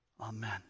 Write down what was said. Amen